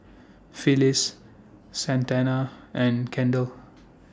Phyllis Santana and Kendall